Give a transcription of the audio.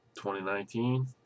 2019